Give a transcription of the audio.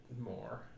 more